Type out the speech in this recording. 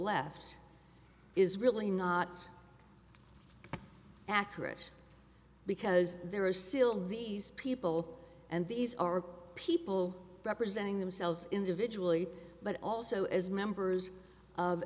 left is really not accurate because there are still these people and these are people representing themselves individually but also as members of